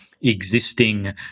existing